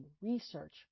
research